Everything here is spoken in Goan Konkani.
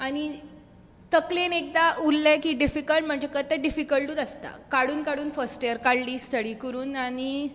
तकलेन एकदां उरलें की डिफिकल्ट म्हणजे तें डिफिकल्टूच आसता काडून काडून फर्स्ट इयर काडली स्टडी करून आनी